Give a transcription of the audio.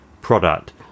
product